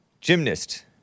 Gymnast